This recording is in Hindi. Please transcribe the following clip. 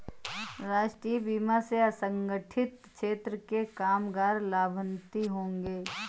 राष्ट्रीय बीमा से असंगठित क्षेत्र के कामगार लाभान्वित होंगे